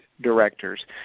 directors